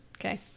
Okay